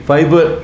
Fiber